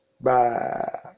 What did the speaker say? Bye